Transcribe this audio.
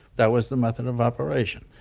that was the method of operation.